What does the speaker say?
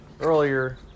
earlier